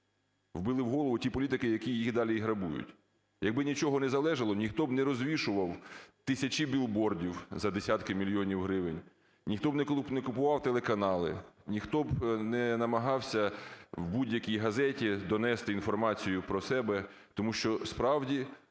вбили в голову ті політики, які їх далі і грабують. Якби нічого не залежало, ніхто б не розвішував тисячі білбордів за десятки мільйонів гривень, ніхто б не купував телеканали, ніхто б не намагався в будь-якій газеті донести інформацію про себе. Тому що справді